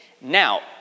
now